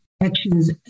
actions